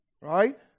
Right